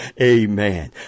Amen